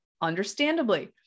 understandably